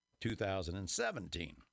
2017